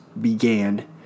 began